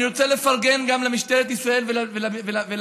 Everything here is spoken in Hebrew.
אני רוצה לפרגן גם למשטרת ישראל ולצבא,